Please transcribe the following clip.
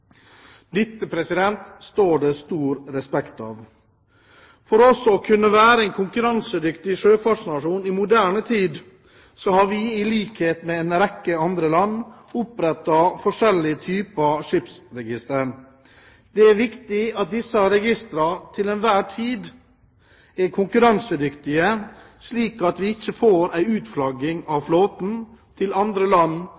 Dette står det stor respekt av. For også å kunne være en konkurransedyktig sjøfartsnasjon i moderne tid har vi i likhet med en rekke andre land opprettet forskjellige typer skipsregistre. Det er viktig at disse registrene til enhver tid er konkurransedyktige, slik at vi ikke får en utflagging av flåten til andre land